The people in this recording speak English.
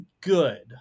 good